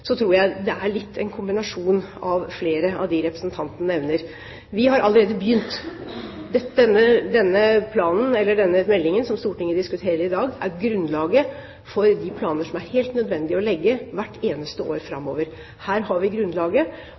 tror jeg det er en kombinasjon av flere av de alternativene representantene nevner. Vi har allerede begynt. Denne meldingen som Stortinget diskuterer i dag, er grunnlaget for de planer som er helt nødvendig å legge hvert eneste år framover. Her har vi grunnlaget